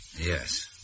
Yes